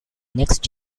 next